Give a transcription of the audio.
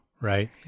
right